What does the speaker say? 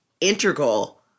integral